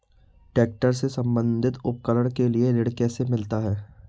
Tractor से संबंधित उपकरण के लिए ऋण कैसे मिलता है?